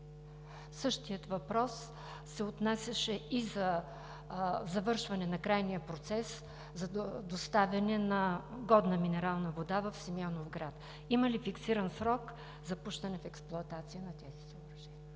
Същият въпрос се отнасяше и за завършване на крайния процес за доставяне на годна минерална вода в Симеоновград. Има ли фиксиран срок за пускане в експлоатация на тези съоръжения?